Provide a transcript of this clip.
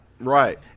right